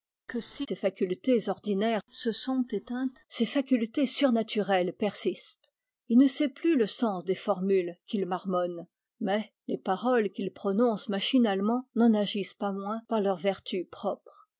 que si ses facultésordinairessesontéteintes ses facultés surnaturelles persistent il ne sait plus le sens des formules qu'il marmonne mais les paroles qu'il prononce machinalement n'en agissent pas moins par leur vertu propre